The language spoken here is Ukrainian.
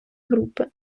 групи